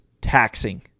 taxing